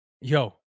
yo